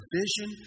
vision